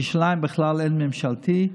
בירושלים בכלל אין ממשלתיים,